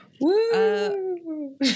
Woo